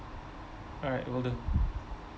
alright will do